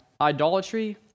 Idolatry